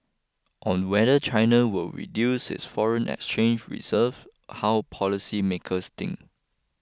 on whether China will reduce its foreign exchange reserve how policymakers think